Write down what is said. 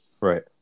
Right